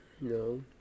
No